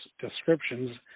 descriptions